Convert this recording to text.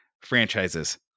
franchises